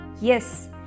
yes